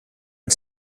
and